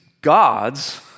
gods